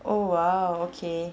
oh !wow! okay